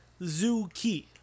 Zuki